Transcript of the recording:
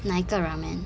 哪一个 ramen